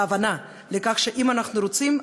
וההבנה שאם אנחנו רוצים,